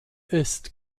ist